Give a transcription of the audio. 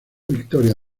victoria